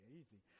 easy